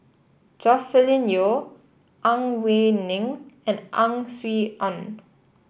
Joscelin Yeo Ang Wei Neng and Ang Swee Aun